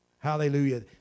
Hallelujah